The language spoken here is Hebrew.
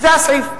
זה הסעיף.